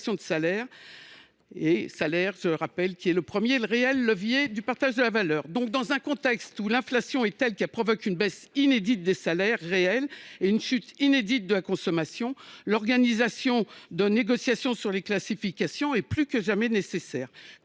de salaire, les salaires étant, je le rappelle, le premier et véritable levier du partage de la valeur ! Dans un contexte où l’inflation est telle qu’elle provoque une baisse inédite des salaires réels et une chute inouïe de la consommation, l’organisation de négociations sur les classifications est plus que jamais nécessaire.